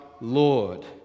Lord